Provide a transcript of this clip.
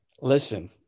Listen